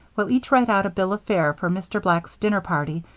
we'll each write out a bill of fare for mr. black's dinner party,